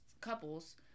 couples